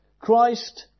Christ